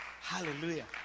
Hallelujah